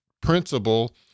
principle